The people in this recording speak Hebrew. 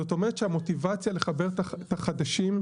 זאת אומרת שהמוטיבציה לחבר את החדשים יורדת,